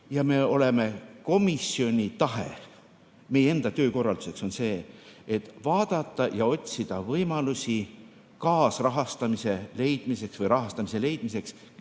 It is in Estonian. juttu olnud. Komisjoni tahe ja meie enda töökorraldus on selline, et vaadata ja otsida võimalusi kaasrahastamise leidmiseks või rahastamise leidmiseks